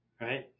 right